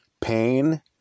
Pain